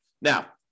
Now